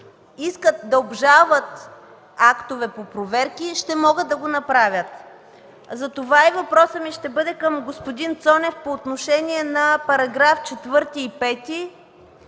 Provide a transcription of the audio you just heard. искат да обжалват актове по проверки, ще могат да го направят. Затова въпросът ми към господин Цонев е по отношение на параграфи 4 и 5: